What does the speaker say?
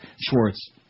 Schwartz